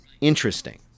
interesting